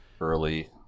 early